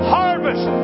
harvest